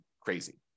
crazy